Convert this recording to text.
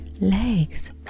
legs